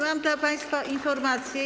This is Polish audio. Mam dla państwa informację.